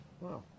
Wow